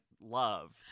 love